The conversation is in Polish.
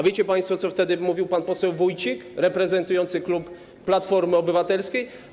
Wiecie państwo, co mówił wtedy pan poseł Wójcik reprezentujący klub Platformy Obywatelskiej?